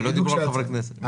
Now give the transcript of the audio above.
אבל לא דיברו על חברי כנסת.